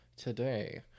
Today